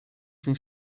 się